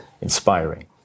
inspiring